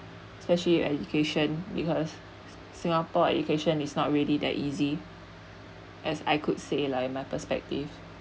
especially your education because singapore education is not really that easy as I could say lah in my perspective